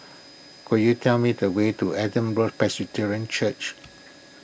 could you tell me the way to Adam Road Presbyterian Church